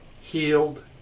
healed